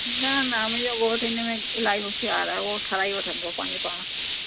न न मुंहिंजो घोट हिनमें इलाही होशियारु आहे उहो ठहाराई वठिंदो पंहिंजे पाण